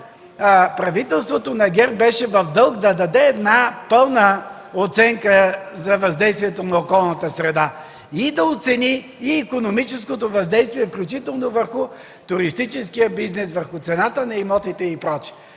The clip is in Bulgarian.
правителството на ГЕРБ беше в дълг да даде една пълна оценка за въздействието на околната среда и да оцени и икономическото въздействие, включително върху туристическия бизнес, върху цената на имотите и